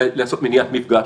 לעשות מניעת מפגש,